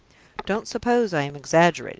don't suppose i am exaggerating!